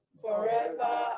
forever